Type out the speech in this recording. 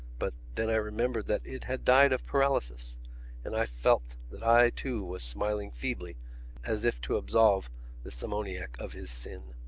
but then i remembered that it had died of paralysis and i felt that i too was smiling feebly as if to absolve the simoniac of his sin.